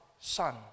Son